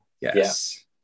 yes